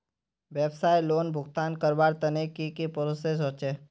व्यवसाय लोन भुगतान करवार तने की की प्रोसेस होचे?